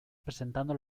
presentando